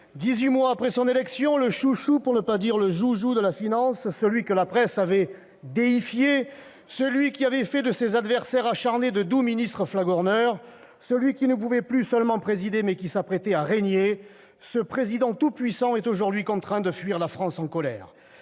mois après son élection, le chouchou, pour ne pas dire le joujou, de la finance, celui que la presse avait déifié, celui qui avait fait de ses adversaires acharnés de doux ministres flagorneurs, celui qui ne pouvait plus seulement présider, mais qui s'apprêtait à régner, ce Président tout puissant, est aujourd'hui contraint de fuir la France en colère